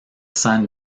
san